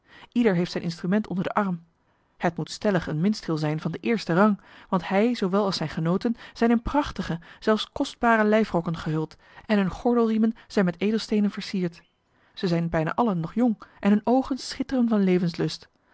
ieder heeft zijn instrument onder den arm het moet stellig een minstreel zijn van den eersten rang want hij zoowel als zijne genooten zijn in prachtige zelfs kostbare lijfrokken gehuld en hunne gordelriemen zijn met edelsteenen versierd zij zijn bijna allen nog jong en hunne oogen schitteren van levenslust